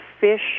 fish